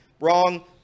Wrong